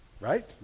Right